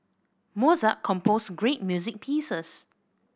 Mozart composed great music pieces